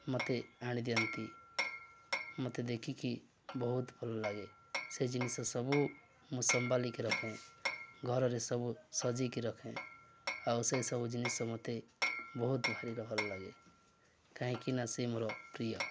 ମୋତେ ଆଣି ଦିଅନ୍ତି ମୋତେ ଦେଖିକି ବହୁତ ଭଲ ଲାଗେ ସେ ଜିନିଷ ସବୁ ମୁଁ ସମ୍ଭାଲିକି ରଖେ ଘରରେ ସବୁ ସଜେଇକି ରଖେ ଆଉ ସେ ସବୁ ଜିନିଷ ମୋତେ ବହୁତ ଭାରି ଭଲ ଲାଗେ କାହିଁକି ନା ସେ ମୋର ପ୍ରିୟ